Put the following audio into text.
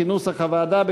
כנוסח הוועדה,